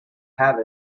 have